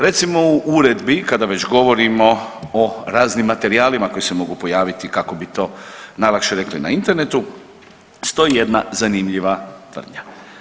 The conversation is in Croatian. Recimo u uredbi kada već govorimo o raznim materijalima koji se mogu pojaviti kako bi to najlakše rekli na internetu stoji jedna zanimljiva tvrdnja.